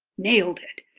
nailed it.